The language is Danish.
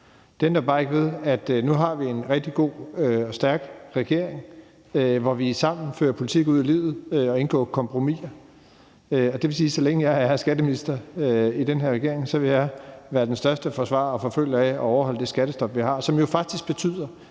Det ændrer bare ikke ved, at vi nu har en rigtig god og stærk regering, hvor vi sammen fører politik ud i livet og indgår kompromiser. Det vil sige, at så længe jeg er skatteminister i den her regering, vil jeg være den største forsvarer og forfølger af at overholde det skattestop, vi har, som jo faktisk betyder,